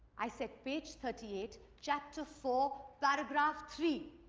i said, page thirty eight, chapter four, paragraph three.